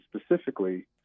specifically